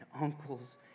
uncles